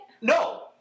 No